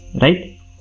right